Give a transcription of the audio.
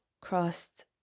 crossed